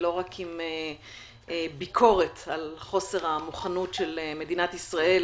ולא רק עם ביקורת על חוסר המוכנות של מדינת ישראל